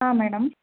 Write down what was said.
ಹಾಂ ಮೇಡಮ್